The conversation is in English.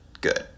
good